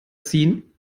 ziehen